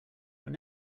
when